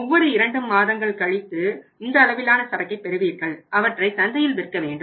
ஒவ்வொரு இரண்டு மாதங்கள் கழித்து இந்த அளவிலான சரக்கினை பெறுவீர்கள் அவற்றை சந்தையில் விற்க வேண்டும்